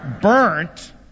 Burnt